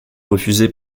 refusé